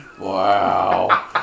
Wow